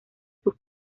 sus